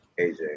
AJ